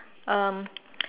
um